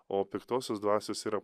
o piktosios dvasios yra